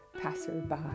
passerby